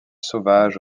sauvages